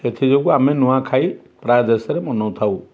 ସେଥିଯୋଗୁଁ ଆମେ ନୂଆଖାଇ ପ୍ରାୟ ଦେଶରେ ମନାଉଥାଉ